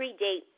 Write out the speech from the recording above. predate